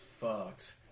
fucked